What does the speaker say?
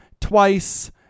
twice